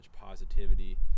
positivity